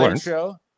show